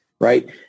Right